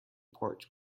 porch